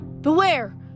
Beware